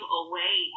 away